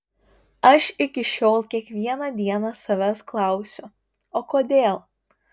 aš iki šiol kiekvieną dieną savęs klausiu o kodėl